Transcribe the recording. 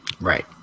Right